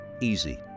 Easy